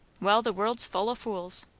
well, the world's full o' fools.